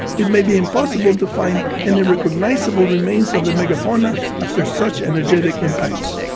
it may be impossible to find any recognizable remains of the megafauna after such energetic impacts.